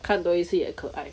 看多一次也可爱